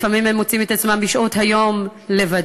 לפעמים הם מוצאים את עצמם בשעות היום לבדם.